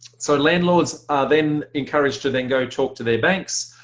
so landlords are then encouraged to then go talk to their banks,